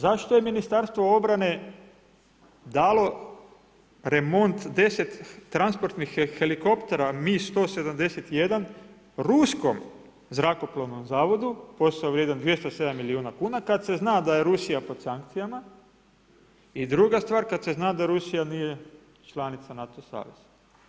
Zašto je Ministarstvo brane dalo remont 10 transportnih helikoptera, MIG 171, ruskom zrakoplovnom zavodu, posao vrijedan 207 milijuna kuna, tad se zna da je Rusija pod sankcijama i druga stvar, kada se zna da Rusija nije članica NATO saveza.